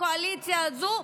הקואליציה הזו,